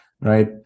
right